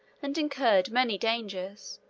and incurred many dangers,